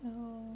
(uh huh)